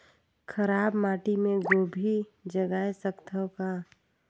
खराब माटी मे गोभी जगाय सकथव का?